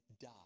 die